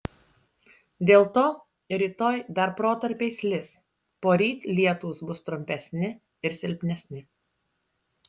dėl to rytoj dar protarpiais lis poryt lietūs bus trumpesni ir silpnesni